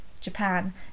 Japan